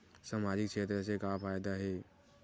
सामजिक क्षेत्र से का फ़ायदा हे?